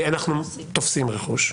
אנחנו תופסים רכוש.